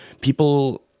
people